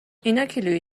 ایناکیلویی